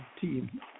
team